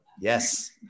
yes